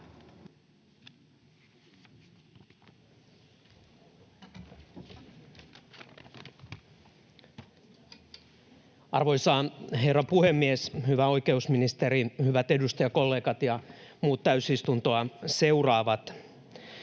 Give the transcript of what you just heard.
Arvoisa herra puhemies! Hyvä oikeusministeri, hyvät edustajakollegat ja muut täysistuntoa seuraavat!